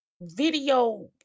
video